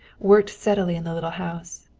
worked steadily in the little house.